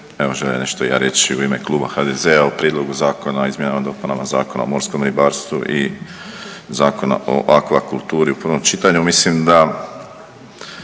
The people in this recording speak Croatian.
evo želim nešto i ja reći u ime Kluba HDZ-a o Prijedlogu zakona o izmjenama i dopunama Zakona o morskom ribarstvu i Zakona o akvakulturi u prvom čitanju. Mislim da